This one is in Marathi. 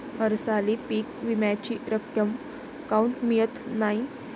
हरसाली पीक विम्याची रक्कम काऊन मियत नाई?